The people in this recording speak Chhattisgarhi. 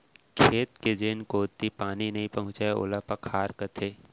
खेत के जेन कोती पानी नइ पहुँचय ओला पखार कथें